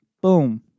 Boom